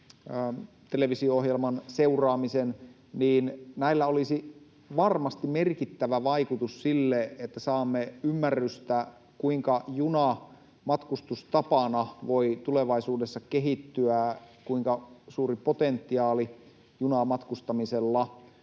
televisio-ohjelman seuraamisen, niin näillä olisi varmasti merkittävä vaikutus siihen, että saamme ymmärrystä, kuinka juna matkustustapana voi tulevaisuudessa kehittyä, kuinka suuri potentiaali junamatkustamisella